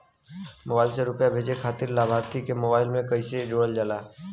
Mobile से रूपया भेजे खातिर लाभार्थी के मोबाइल मे कईसे जोड़ल जाला?